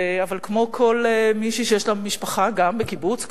אבל כמו כל מישהי שיש לה משפחה גם בקיבוץ,